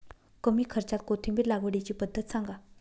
कमी खर्च्यात कोथिंबिर लागवडीची पद्धत सांगा